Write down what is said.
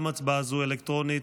גם הצבעה זו אלקטרונית.